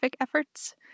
efforts